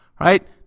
right